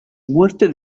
muerte